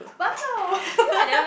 !wow!